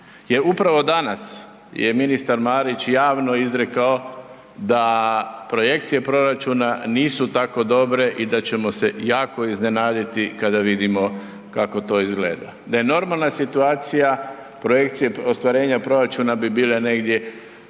upravo danas je ministar Marić javno izrekao da projekcije proračuna nisu tako dobre i da ćemo se jako iznenaditi kada vidimo kako to izgleda. Da je normalna situacija projekcije ostvarenja proračuna bi bile negdje